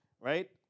right